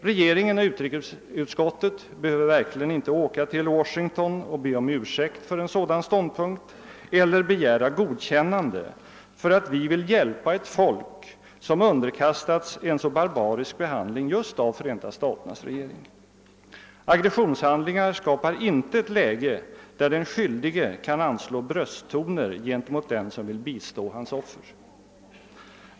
Regeringen och utrikesutskottet behöver verkligen inte åka till Washington och be om ursäkt för en sådan ståndpunkt eller begära godkännande för att vi vill hjälpa ett folk som underkastats en så barbarisk behandling just av Förenta staternas regering. Aggressionshandlingar skapar inte ett läge där den skyldige kan anslå brösttoner gentemot dem som vill bistå hans offer.